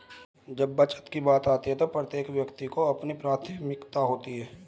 जब बचत की बात आती है तो प्रत्येक व्यक्ति की अपनी प्राथमिकताएं होती हैं